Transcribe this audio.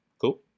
Cool